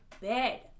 bed